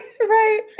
Right